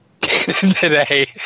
Today